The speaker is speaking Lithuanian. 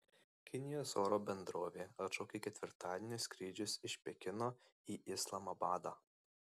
kinijos oro bendrovė atšaukė ketvirtadienio skrydžius iš pekino į islamabadą